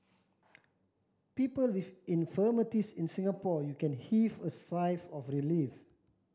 people with infirmities in Singapore you can heave a sigh of relief